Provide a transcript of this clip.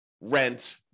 rent